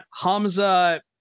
Hamza